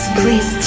please